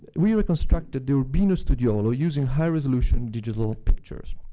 we reconstructed the urbino studiolo using high-resolution digital pictures.